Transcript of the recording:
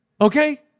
Okay